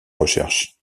recherche